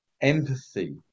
empathy